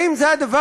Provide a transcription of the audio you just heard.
האם זה הדבר